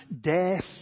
death